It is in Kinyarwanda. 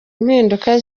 impinduka